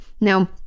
Now